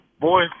Boy